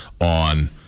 on